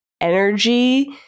energy